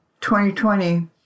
2020